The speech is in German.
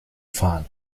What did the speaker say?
fahren